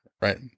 right